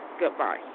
Goodbye